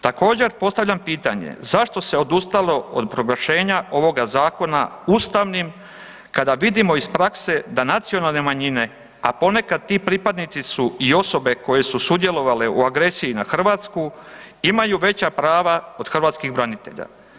Također postavljam pitanje, zašto se odustalo od proglašenja ovoga zakona ustavnim kada vidimo iz prakse da nacionalne manjine, a ponekad ti pripadnici su i osobe koje su sudjelovale u agresiji na Hrvatsku imaju veća prava od hrvatskih branitelja.